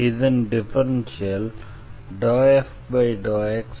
இதன் differential ∂f∂xdx∂f∂ydy